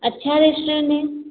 अच्छा रेस्टोरेंट है